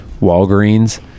Walgreens